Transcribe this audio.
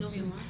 שלום לכולם.